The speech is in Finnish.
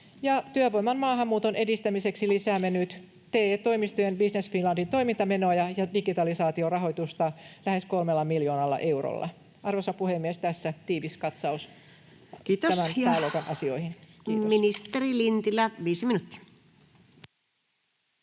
Työvoiman maahanmuuton edistämiseksi lisäämme nyt TE-toimistojen ja Business Finlandin toimintamenoja ja digitalisaation rahoitusta lähes 3 miljoonalla eurolla. Arvoisa puhemies! Tässä tiivis katsaus tämän pääluokan asioihin. Kiitos. — Ministeri Lintilä, 5 minuuttia.